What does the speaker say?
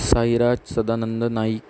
Sairaj Sadanand Naik